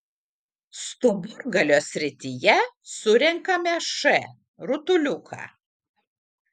stuburgalio srityje surenkame š rutuliuką